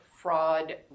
fraud